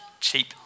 cheap